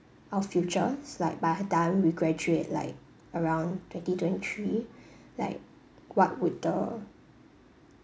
our future like by the time we graduate like around twenty twenty three like what would the